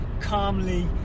calmly